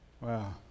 Wow